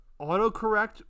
autocorrect